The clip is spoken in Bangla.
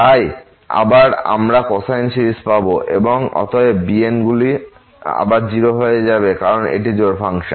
তাই আবার আমরা কোসাইন সিরিজ পাব এবং অতএব bnগুলি আবার 0 হবে কারণ এটি একটি জোড় ফাংশন